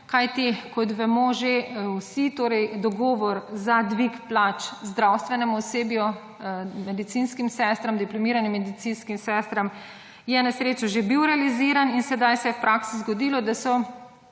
kajti kot vemo že vsi, torej dogovor za dvig plač zdravstvenemu osebju, medicinskim sestram, diplomiranim medicinskim sestram je na srečo že bil realiziran in sedaj se je v praksi zgodilo, da so